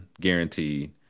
guaranteed